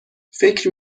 فکر